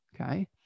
okay